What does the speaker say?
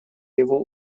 его